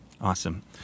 Awesome